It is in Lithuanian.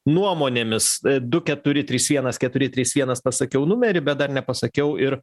nuomonėmis du keturi trys vienas keturi trys vienas pasakiau numerį bet dar nepasakiau ir